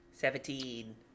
Seventeen